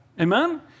Amen